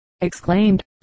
exclaimed